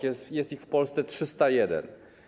Jest ich w Polsce 301.